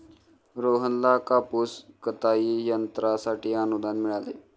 रोहनला कापूस कताई यंत्रासाठी अनुदान मिळाले